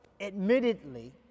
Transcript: admittedly